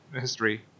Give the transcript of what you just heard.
history